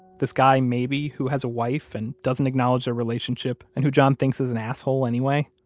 this guy maybe who has a wife and doesn't acknowledge their relationship, and who john thinks is an asshole, anyway?